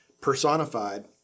personified